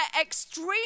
extreme